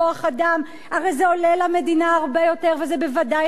הרי זה עולה למדינה הרבה יותר וזה בוודאי לא תורם דבר.